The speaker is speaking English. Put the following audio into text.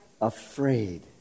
afraid